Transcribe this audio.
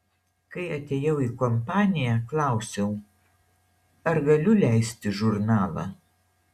kai atėjau į kompaniją klausiau ar galiu leisti žurnalą